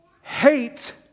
Hate